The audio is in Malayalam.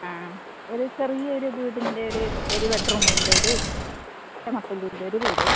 ആ ഒരു ചെറിയ ഒരു വീടിൻ്റെ ഒരു ഒരു ബെഡ്റൂമിൻ്റെ ഒരു ആ ഒരു വീട്